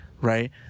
right